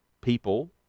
people